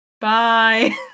Bye